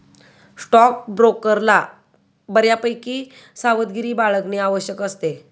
स्टॉकब्रोकरला बऱ्यापैकी सावधगिरी बाळगणे आवश्यक असते